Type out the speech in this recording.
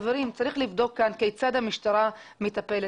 חברים, צריך לבדוק כאן כיצד המשטרה מטפלת.